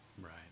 right